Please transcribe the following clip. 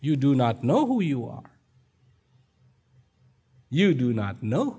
you do not know who you are you do not know